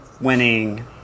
Winning